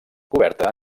coberta